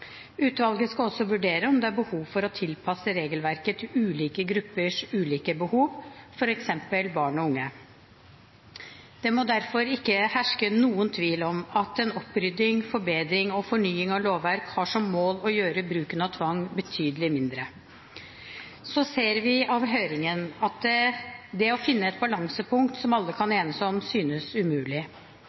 Utvalget skal også vurdere om det er behov for å tilpasse regelverket til ulike gruppers ulike behov – f.eks. barn og unge. Det må derfor ikke herske noen tvil om at en opprydding, forbedring og fornying av lovverk har som mål å gjøre bruken av tvang betydelig mindre. Så ser vi av høringene at det å finne et balansepunkt som alle kan enes om, synes umulig.